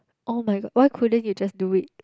oh-my-god why couldn't you just do it